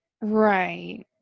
Right